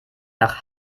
nach